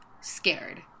scared